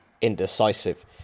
indecisive